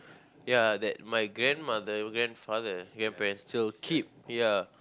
ya that my grandmother grandfather grandparents still keep